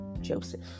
Joseph